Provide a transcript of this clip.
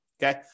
Okay